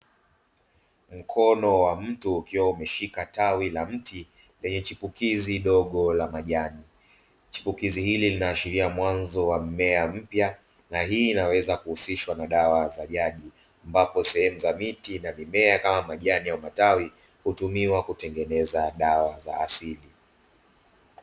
Mkono wa mtu ukiwa umeshika tawi la mti lenye chipukizi dogo la majani, chipukizi ili lina ashiria mwanzo wa mmea mpya, na hili inaweza kuhusishwa na dawa za jadi. Ambako sehemu za miti na mimea kama majani au matawi hutumiwa kutengeneza dawa za asili.